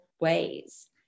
ways